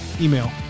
email